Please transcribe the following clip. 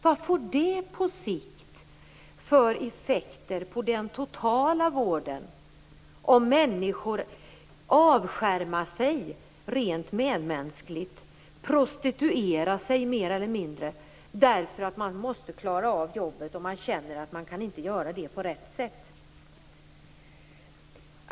Vad får det på sikt för effekter på den totala vården om människor avskärmar sig rent medmänskligt och mer eller mindre prostituerar sig därför att de måste klara av jobbet och att de känner att de inte kan göra det på rätt sätt.